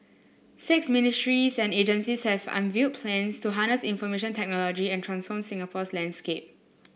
six ministries and agencies have unveiled plans to harness information technology and transform Singapore's landscape